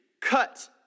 cut